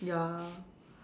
ya